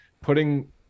putting